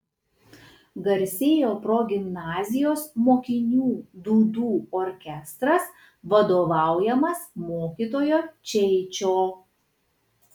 garsėjo progimnazijos mokinių dūdų orkestras vadovaujamas mokytojo čeičio